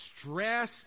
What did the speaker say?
stress